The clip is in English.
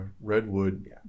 Redwood